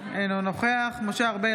אינו נוכח משה ארבל,